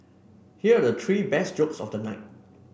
here are the three best jokes of the night